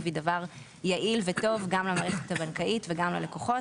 היא דבר יעיל וטוב גם למערכת הבנקאית וגם ללקוחות.